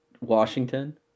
Washington